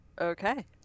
okay